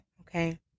okay